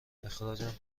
اخراجم